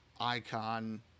icon